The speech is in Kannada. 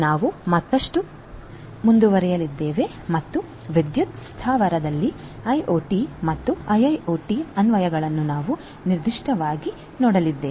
ನಾವು ಮತ್ತಷ್ಟು ಮುಂದುವರಿಯಲಿದ್ದೇವೆ ಮತ್ತು ವಿದ್ಯುತ್ ಸ್ಥಾವರಗಳಲ್ಲಿ ಐಒಟಿ ಮತ್ತು ಐಐಒಟಿ ಅನ್ವಯಗಳನ್ನು ನಾವು ನಿರ್ದಿಷ್ಟವಾಗಿ ನೋಡಲಿದ್ದೇವೆ